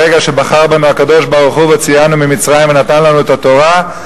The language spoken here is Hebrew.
ברגע שבחר בנו הקדוש-ברוך-הוא והוציאנו מארץ מצרים ונתן לנו את התורה,